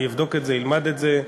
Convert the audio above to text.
אני אבדוק את זה, אלמד את זה.